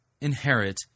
inherit